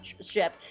ship